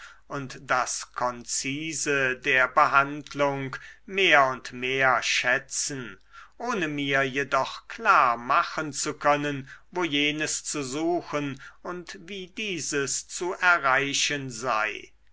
und das konzise der behandlung mehr und mehr schätzen ohne mir jedoch klar machen zu können wo jenes zu suchen und wie dieses zu erreichen sei